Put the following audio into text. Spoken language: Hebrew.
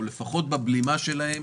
או לפחות בבלימה שלהם,